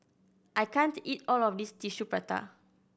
I can't eat all of this Tissue Prata